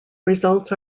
results